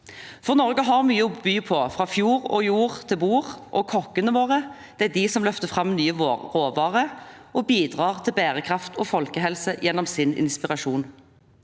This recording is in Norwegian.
Norge har mye å by på fra fjord og jord til bord, og kokkene våre løfter fram nye råvarer og bidrar til bærekraft og folkehelse gjennom sin inspirasjon.